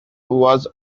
was